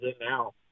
now